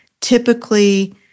typically